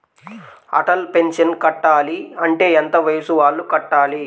Atal pension కట్టాలి అంటే ఎంత వయసు వాళ్ళు కట్టాలి?